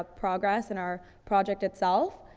ah progress and our project itself.